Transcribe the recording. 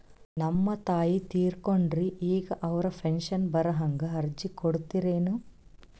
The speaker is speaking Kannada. ನಮ್ ತಾಯಿ ತೀರಕೊಂಡಾರ್ರಿ ಈಗ ಅವ್ರ ಪೆಂಶನ್ ಬರಹಂಗ ಅರ್ಜಿ ಕೊಡತೀರೆನು?